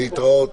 הישיבה נעולה.